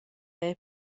era